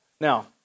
Now